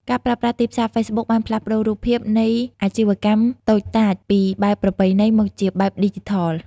ការប្រើប្រាស់ទីផ្សារហ្វេសប៊ុកបានផ្លាស់ប្តូររូបភាពនៃអាជីវកម្មតូចតាចពីបែបប្រពៃណី មកជាបែបឌីជីថល។